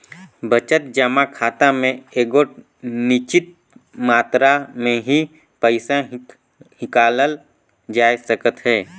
बचत जमा खाता में एगोट निच्चित मातरा में ही पइसा हिंकालल जाए सकत अहे